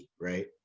right